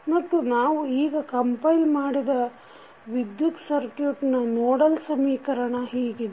ಮತ್ತು ನಾವು ಈಗ ಕಂಪೈಲ್ ಮಾಡಿದ ವಿದ್ಯುತ್ ಸರ್ಕ್ಯುಟ್ ನ ನೋಡಲ್ ಸಮೀಕರಣ ಹೀಗಿದೆ